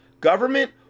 government